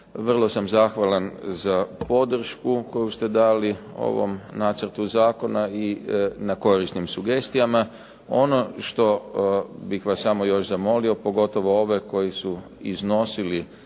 Vrlo sam zahvalan na podršci koju ste dali ovom nacrtu zakona i na korisnim sugestijama. Ono što bih vas još samo zamolio, pogotovo ove koji su iznosili